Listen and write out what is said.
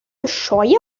bescheuert